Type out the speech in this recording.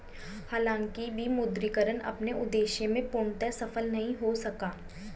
हालांकि विमुद्रीकरण अपने उद्देश्य में पूर्णतः सफल नहीं हो सका